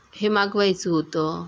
हे मागवायचं होतं